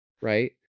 right